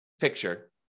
picture